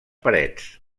parets